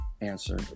answer